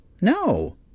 No